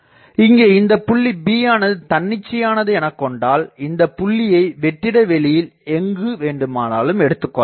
இங்கே இந்தப் புள்ளி b ஆனது தன்னிச்சையானது எனக் கொண்டால் நாம் இந்தப் புள்ளியை வெற்றிட வெளியில் எங்கு வேண்டுமானாலும் எடுத்துக்கொள்ளலாம்